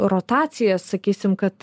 rotaciją sakysim kad